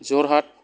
जरहात